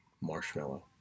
Marshmallow